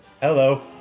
Hello